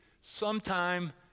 sometime